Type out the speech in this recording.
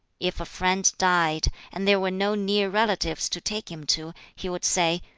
if a friend died, and there were no near relatives to take him to, he would say,